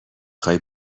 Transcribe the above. خوای